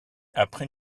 après